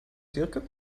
diercke